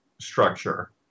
structure